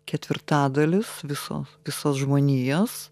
ketvirtadalis visos visos žmonijos